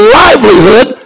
livelihood